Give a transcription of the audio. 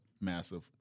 massive